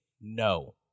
no